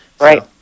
Right